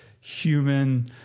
human